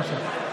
בבקשה.